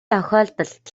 тохиолдолд